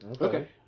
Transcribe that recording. Okay